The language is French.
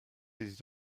était